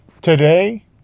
Today